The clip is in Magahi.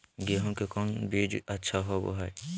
गेंहू के कौन बीज अच्छा होबो हाय?